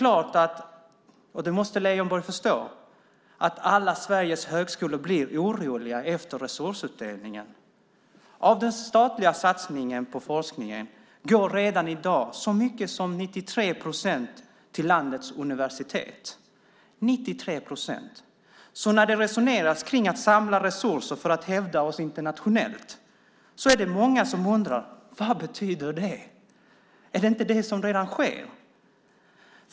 Leijonborg måste förstå att alla Sveriges högskolor blir oroliga efter resursfördelningen. Av den statliga satsningen går redan i dag så mycket som 93 procent till landets universitet. När det resoneras om att samla resurser för att hävda oss internationellt är det många som undrar: Vad betyder det? Är det inte det som redan sker?